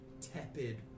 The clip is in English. tepid